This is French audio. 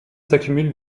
s’accumulent